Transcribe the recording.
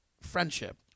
friendship